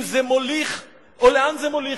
אם זה מוליך או לאן זה מוליך,